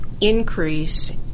increase